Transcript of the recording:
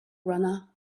runner